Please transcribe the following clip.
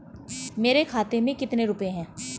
मेरे खाते में कितने रुपये हैं?